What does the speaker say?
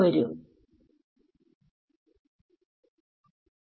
അവിടെ ടൈമിൽ ചില ആൽഫ ടെർമ്ഉണ്ട്